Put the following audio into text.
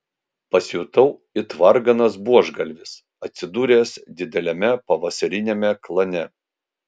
pasijutau it varganas buožgalvis atsidūręs dideliame pavasariniame klane